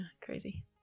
crazy